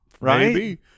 right